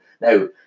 now